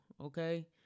Okay